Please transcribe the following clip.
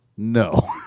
No